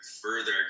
further